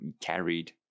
carried